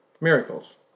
Miracles